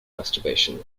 masturbation